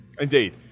Indeed